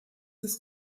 des